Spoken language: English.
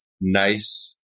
nice